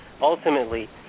ultimately